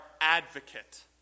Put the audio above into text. advocate